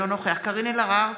אינו נוכח קארין אלהרר,